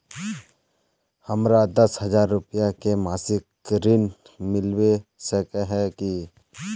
हमरा दस हजार रुपया के मासिक ऋण मिलबे सके है की?